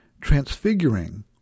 transfiguring